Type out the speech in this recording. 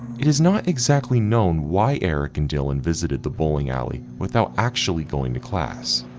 it is not exactly known why eric and dylan visited the bowling alley without actually going to class,